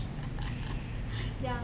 ya